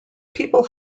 people